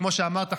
כמו שאמרת,